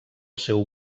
seu